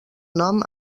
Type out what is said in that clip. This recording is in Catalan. nom